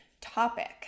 topic